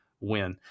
win